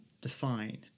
define